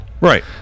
Right